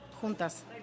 juntas